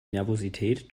nervosität